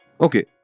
Okay